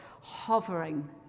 hovering